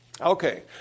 Okay